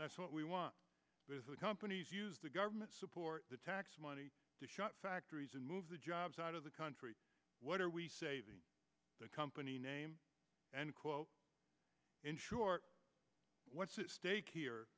that's what we want companies use the government support the tax money to shut factories and move the jobs out of the country what are we saving the company name and in short what's at stake here